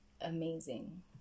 amazing